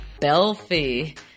belfie